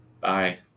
Bye